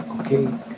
okay